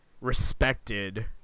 respected